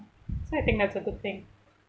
so I think that's a good thing